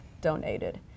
donated